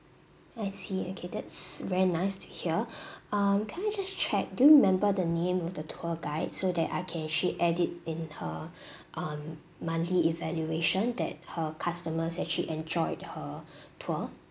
I see okay that's very nice to hear um can I just check do you remember the name of the tour guide so that I can actually add it in her um monthly evaluation that her customers actually enjoyed her tour